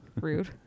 Rude